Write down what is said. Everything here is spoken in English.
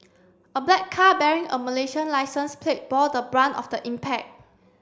a black car bearing a Malaysian licence plate bore the brunt of the impact